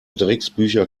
drecksbücher